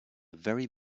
very